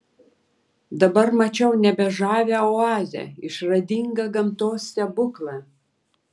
dabar mačiau nebe žavią oazę išradingą gamtos stebuklą